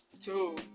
Two